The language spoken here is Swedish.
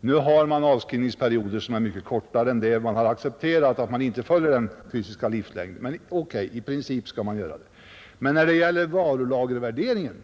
Nu har man avskrivningsperioder som är mycket kortare, man har accepterat att den fysiska livslängden inte följs, men i princip skall man göra det. Men när det gäller varulagervärderingen